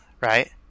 right